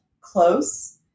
Close